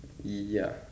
ya